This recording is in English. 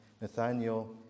Nathaniel